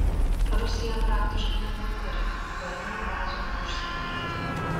rusija praktiškai nebeturi karinių bazių užsienyje